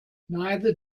neither